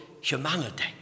humanity